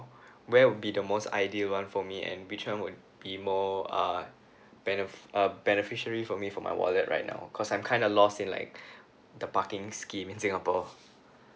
where would be the most ideal one for me and which one would be more err benefi~ uh beneficiary for me for my wallet right now cause I'm kind of lost in like the parking scheme in singapore